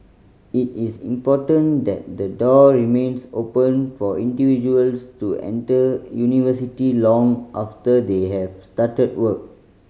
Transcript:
it is important that the door remains open for individuals to enter university long after they have started work